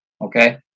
okay